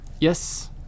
Yes